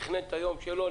תכנן את היום שלו,